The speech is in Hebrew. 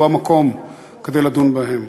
הוא המקום כדי לדון בהם.